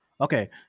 Okay